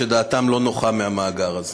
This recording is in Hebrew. שדעתם לא נוחה מהמאגר הזה.